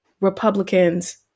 Republicans